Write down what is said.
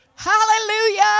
Hallelujah